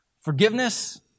Forgiveness